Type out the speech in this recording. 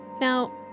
Now